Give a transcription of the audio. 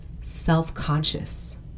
self-conscious